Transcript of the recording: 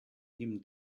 nehmen